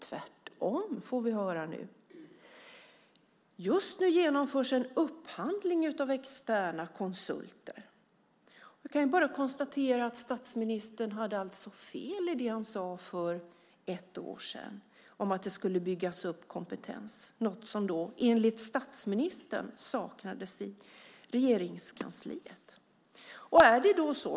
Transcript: Tvärtom, får vi höra nu. Just nu genomförs en upphandling av externa konsulter. Jag kan bara konstatera att statsministern alltså hade fel i det han sade för ett år sedan om att det skulle byggas upp kompetens - något som då enligt statsministern saknades i Regeringskansliet.